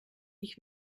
ich